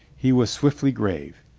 he was swiftly grave.